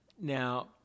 Now